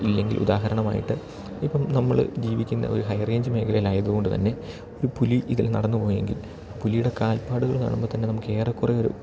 ഇല്ലെങ്കിൽ ഉദാഹരണമായിട്ട് ഇപ്പം നമ്മൾ ജീവിക്കുന്ന ഒരു ഹൈ റേഞ്ച് മേഖലേൽ ആയതു കൊണ്ട് തന്നെ ഒരു പുലി ഇതിലെ നടന്ന് പോയെങ്കിൽ പുലിയുടെ കാൽപ്പാടുകൾ കാണുമ്പം തന്നെ നമുക്ക് ഏറെ കുറെ ഒരു